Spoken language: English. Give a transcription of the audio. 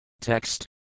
Text